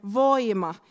voima